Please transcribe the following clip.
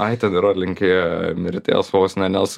ai ten yra linkėję mirties vos ne nes